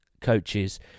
coaches